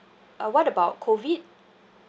uh what about COVID